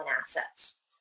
assets